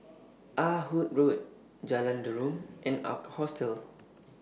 Ah Hood Road Jalan Derum and Ark Hostel